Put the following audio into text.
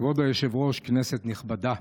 כבוד היושב-ראש, כנסת נכבדה,